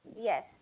Yes